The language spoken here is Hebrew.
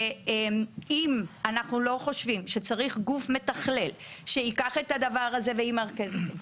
אם אנחנו לא חושבים שצריך גוף מתכלל שייקח את הדבר הזה וימרכז אותו,